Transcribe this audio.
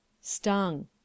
Stung